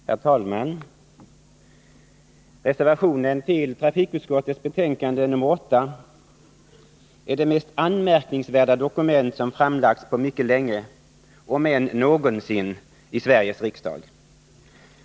Herr talman! Reservationen 3 till trafikutskottets betänkande nr 8 är det mest anmärkningsvärda dokument som framlagts på mycket länge — om ens någonsin — i Sveriges riksdag.